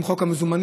עם חוק המזומנים,